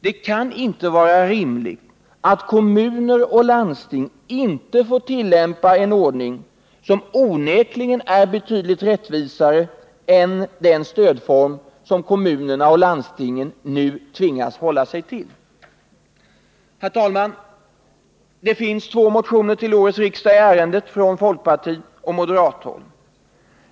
Det kan inte vara rimligt att kommuner och landsting inte får tillämpa en ordning som onekligen är betydligt rättvisare än den stödform som kommuner och landsting nu tvingas att hålla sig till. Herr talman! Det finns två motioner till årets riksmöte i ärendet från folkpartioch moderathåll.